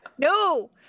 No